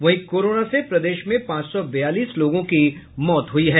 वहीं कोरोना से प्रदेश में पांच सौ बयालीस लोगों की मौत हुई है